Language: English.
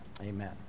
Amen